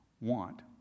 want